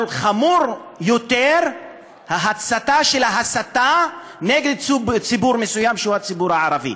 אבל חמורה יותר ההצתה של ההסתה נגד ציבור מסוים שהוא הציבור הערבי.